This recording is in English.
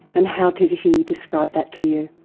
and how did he describe that to you?